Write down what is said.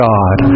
God